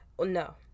No